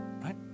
Right